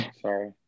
sorry